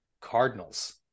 cardinals